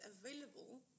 available